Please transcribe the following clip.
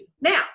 Now